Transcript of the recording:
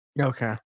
Okay